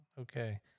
okay